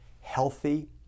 healthy